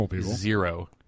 zero